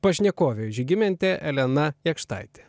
pašnekovė žygimantė elena jakštaitė